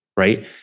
right